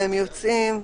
והם יוצאים,